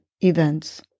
events